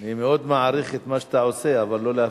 אני מאוד מעריך את מה שאתה עושה, אבל לא להפריע.